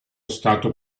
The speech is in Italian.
stato